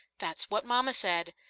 that's what mama said.